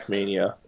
Mania